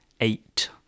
eight